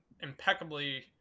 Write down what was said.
impeccably